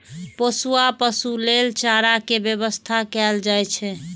पोसुआ पशु लेल चारा के व्यवस्था कैल जाइ छै